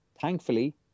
thankfully